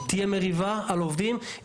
תהיה מריבה על עובדים,